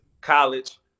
college